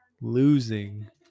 losing